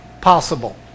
possible